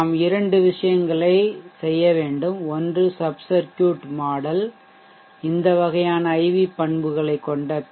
நாம் இரண்டு விஷயங்களைச் செய்ய வேண்டும் ஒன்று சப் சர்க்யூட் மாடல் இந்த வகையான IV பண்புகளைக் கொண்ட பி